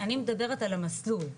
אני מדברת על המסלול.